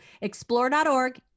explore.org